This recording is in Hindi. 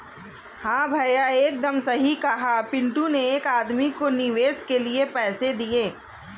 हां भैया एकदम सही कहा पिंटू ने एक आदमी को निवेश के लिए पैसे दिए